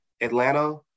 Atlanta